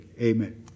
amen